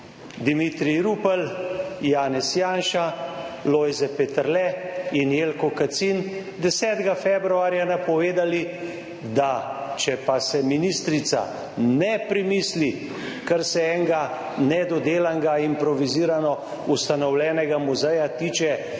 Dimitrij Rupel, Janez Janša, Lojze Peterle in Jelko Kacin, 10. februarja napovedali, da če pa se ministrica ne premisli, kar se enega nedodelanega, improvizirano ustanovljenega muzeja tiče,